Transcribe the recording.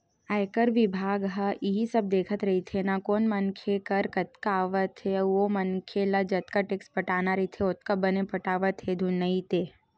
आयकर बिभाग ह इही सब देखत रहिथे ना कोन मनखे कर कतका आवक हे अउ ओ मनखे ल जतका टेक्स पटाना रहिथे ओतका बने पटावत हे धुन नइ ते